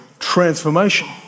transformation